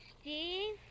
Steve